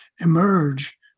emerge